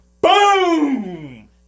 Boom